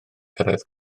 cyrraedd